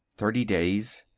thirty days.